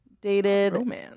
Dated